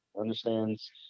understands